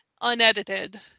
unedited